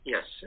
Yes